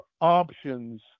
options